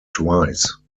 twice